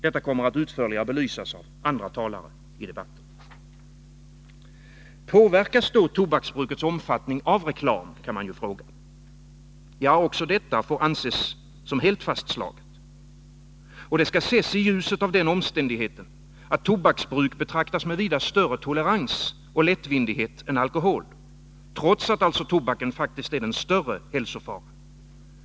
Detta kommer att utförligare belysas av andra talare i debatten. Påverkas då tobaksbrukets omfattning av reklam? kan man ju fråga. Ja, också detta får anses som helt fastslaget. Det skall ses i ljuset av den omständigheten att tobaksbruk betraktas med vida större tolerans och lättvindighet än alkoholbruk, trots att alltså tobaken faktiskt är den större hälsofaran.